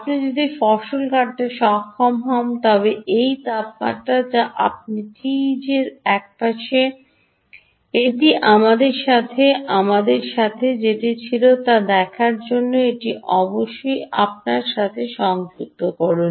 আপনি যদি ফসল কাটাতে সক্ষম হন তবে এই তাপমাত্রা যা আপনি টিইজি এর এক পাশে এটি আমাদের সাথে আমাদের সাথে যেটি ছিল তা দেখার জন্য এটি অবশ্যই আপনার সাথে সংযুক্ত করুন